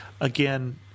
again